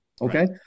Okay